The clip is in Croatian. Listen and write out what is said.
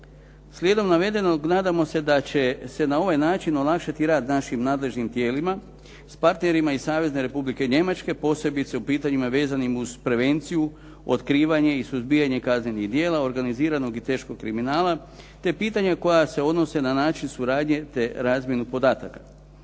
Slijedom navedenog nadamo se da će se na ovaj način olakšati rad našim nadležnim tijelima, s partnerima iz Savezne Republike Njemačke, posebice u pitanjima vezanim uz prevenciju, otkrivanje i suzbijanje kaznenih djela, organiziranog i teškog kriminala, te pitanja koja se odnose na način suradnje te razmjenu podataka.